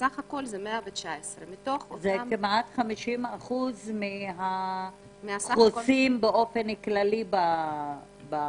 בסך הכול זה 119. זה כמעט 50% מהחוסים באופן כללי במסגרות.